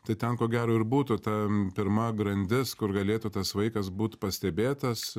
tai ten ko gero ir būtų ta pirma grandis kur galėtų tas vaikas būt pastebėtas